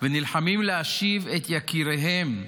ונלחמות להשיב את יקיריהן.